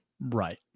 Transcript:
Right